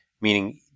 meaning